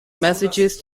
messages